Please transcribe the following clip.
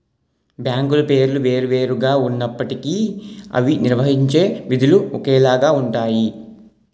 బ్యాంకుల పేర్లు వేరు వేరు గా ఉన్నప్పటికీ అవి నిర్వహించే విధులు ఒకేలాగా ఉంటాయి